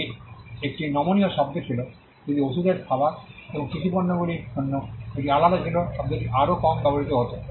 এটি একটি নমনীয় শব্দ ছিল যদি ওষুধের খাবার এবং কৃষি পণ্যগুলির জন্য এটি আলাদা ছিল শব্দটি আরও কম ব্যবহৃত হত